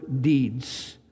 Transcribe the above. deeds